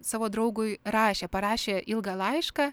savo draugui rašė parašė ilgą laišką